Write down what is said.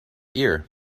ear